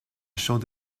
chaux